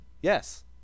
Yes